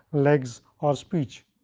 legs or speech.